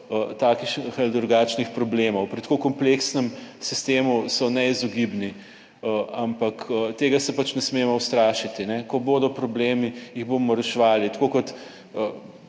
takšnih ali drugačnih problemov, pri tako kompleksnem sistemu so neizogibni ampak tega se pač ne smemo ustrašiti. Ko bodo problemi, jih bomo reševali, tako kot